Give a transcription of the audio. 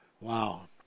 Wow